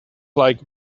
like